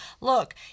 look